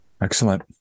Excellent